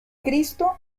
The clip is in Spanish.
cristo